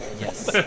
Yes